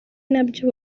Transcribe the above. nabyo